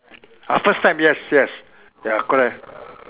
ah first time yes yes ya correct